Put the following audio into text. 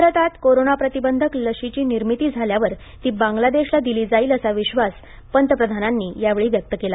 भारतात कोरोना प्रतिबंधक लसीची निर्मिती झाल्यावर ती बांग्लादेशला दिली जाईल असा विश्वास पंतप्रधानांनी यावेळी व्यक्त केला